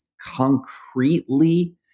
concretely